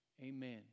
Amen